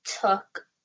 took